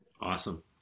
awesome